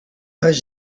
his